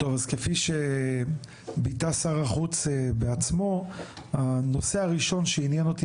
אז כפי שביטא שר החוץ בעצמו הנושא הראשון שעניין אותי